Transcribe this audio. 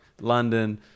London